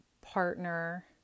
partner